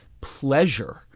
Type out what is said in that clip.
pleasure